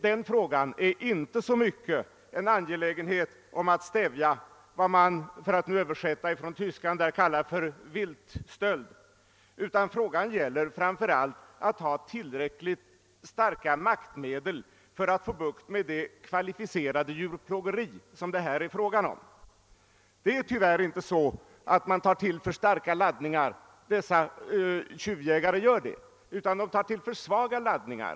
Det är inte så mycket fråga om att stävja vad som med en översättning från tyskan kan kallas för viltstöld, utan vad :saken gäller är framför allt att ha tillräckligt starka maktmedel för att förhindra det kvalificerade djurplågeri som förekommer. Det är tyvärr inte så att dessa tjuvjägare tar till för starka laddningar utan de tar till för svaga laddningar.